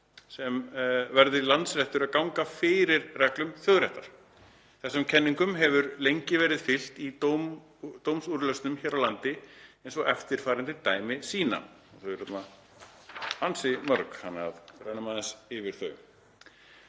hátt verði landsréttur að ganga fyrir reglum þjóðaréttar. Þessum kenningum hefur lengi verið fylgt í dómsúrlausnum hér á landi eins og eftirfarandi dæmi sýna …“ Þau eru ansi mörg þannig að við rennum aðeins yfir þau.